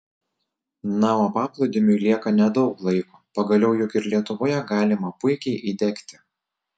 na o paplūdimiui lieka nedaug laiko pagaliau juk ir lietuvoje galima puikiai įdegti